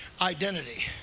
identity